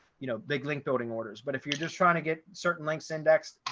you know, big link building orders. but if you're just trying to get certain links indexed,